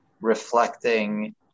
reflecting